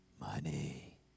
Money